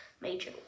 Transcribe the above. major